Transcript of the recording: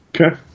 Okay